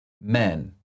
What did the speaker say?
men